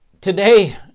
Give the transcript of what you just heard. Today